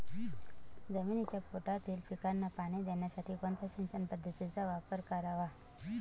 जमिनीच्या पोटातील पिकांना पाणी देण्यासाठी कोणत्या सिंचन पद्धतीचा वापर करावा?